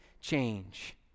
change